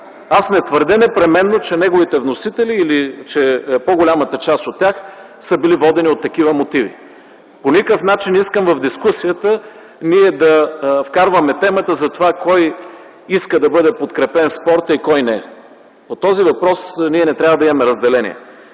Аз не твърдя непременно, че неговите вносители или че по-голямата част от тях са били водени от такива мотиви. По никакъв начин не искам в дискусията ние да вкарваме темата за това кой иска да бъде подкрепен в спорта и кой – не. По този въпрос ние не трябва да имаме разделение.